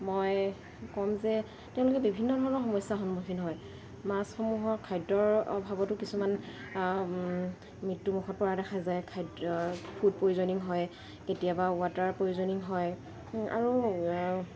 মই ক'ম যে তেওঁলোকে বিভিন্ন ধৰণৰ সমস্যাৰ সন্মুখীন হয় মাছসমূহৰ খাদ্যৰ অভাৱতো কিছুমান মৃত্যু মুখত পৰা দেখা যায় খাদ্য ফুড পয়জনিং হয় কেতিয়াবা ৱাটাৰ পয়জনিং হয় আৰু